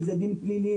אם זה דין פלילי,